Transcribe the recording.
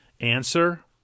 answer